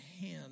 hand